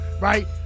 right